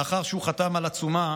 לאחר שהוא חתם על עצומה